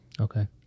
okay